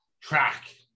track